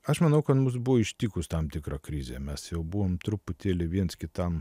aš manau kad mus buvo ištikus tam tikra krizė mes jau buvom truputėlį viens kitam